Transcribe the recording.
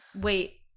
wait